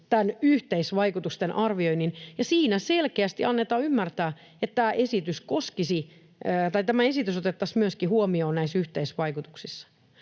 yhteisvaikutusten arvioinnin. Siinä selkeästi annetaan ymmärtää, että tämä esitys otettaisiin myöskin huomioon näissä yhteisvaikutuksissa.